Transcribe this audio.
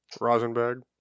Rosenberg